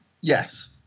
Yes